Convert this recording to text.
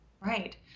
Right